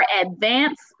advanced